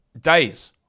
days